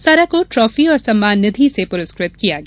सारा को ट्राफी और सम्मान निधि से पुरस्कृत किया गया